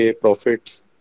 profits